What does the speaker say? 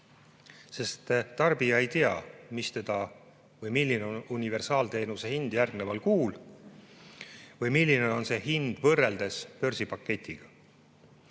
Sest tarbija ei tea, milline on universaalteenuse hind järgneval kuul või milline on hind võrreldes börsipaketiga.